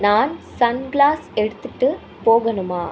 நான் சன்கிளாஸ் எடுத்துட்டு போகணுமா